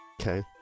Okay